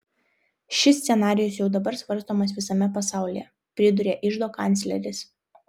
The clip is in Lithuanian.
šis scenarijus jau dabar svarstomas visame pasaulyje pridūrė iždo kancleris